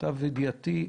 למיטב ידיעתי,